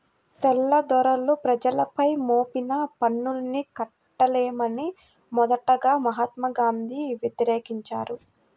తెల్లదొరలు ప్రజలపై మోపిన పన్నుల్ని కట్టలేమని మొదటగా మహాత్మా గాంధీ వ్యతిరేకించారు